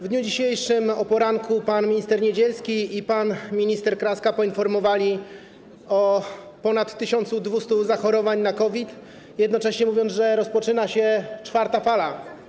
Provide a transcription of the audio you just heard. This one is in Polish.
W dniu dzisiejszym o poranku pan minister Niedzielski i pan minister Kraska poinformowali o ponad 1200 zachorowaniach na COVID, jednocześnie powiedzieli, że rozpoczyna się czwarta fala.